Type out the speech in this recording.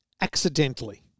accidentally